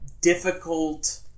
difficult